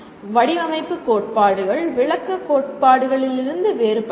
வடிவமைப்பு கோட்பாடுகள் விளக்கக் கோட்பாடுகளிலிருந்து வேறுபட்டவை